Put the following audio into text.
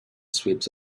sweeps